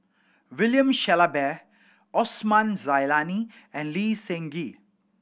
William Shellabear Osman Zailani and Lee Seng Gee